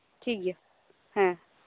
ᱴᱷᱤᱠ ᱜᱮᱭᱟ ᱦᱮᱸ